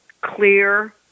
clear